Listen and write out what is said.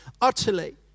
utterly